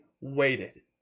waited